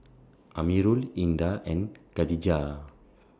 Amirul Indah and Khadija